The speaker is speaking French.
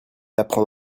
apprend